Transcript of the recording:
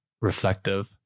reflective